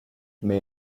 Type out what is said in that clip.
may